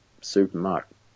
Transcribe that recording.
supermarket